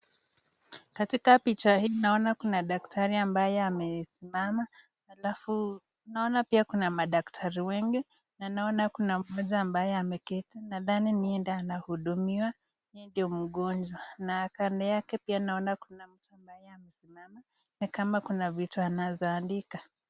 Katika picha hii naona kuna daktari ambaye amesimama, alafu pia naona kuna madaktari wengi na naona kuna mteja ambaye ameketi ,nadhani yeye ndo anahudumiwa yeye ndio mgonjwa na kando yake pia naona kuna ni kama kuna vitu ambazo anaandika.